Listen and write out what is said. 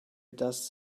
does